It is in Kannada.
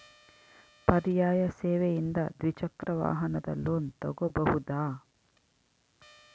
ಪರ್ಯಾಯ ಸೇವೆಯಿಂದ ದ್ವಿಚಕ್ರ ವಾಹನದ ಲೋನ್ ತಗೋಬಹುದಾ?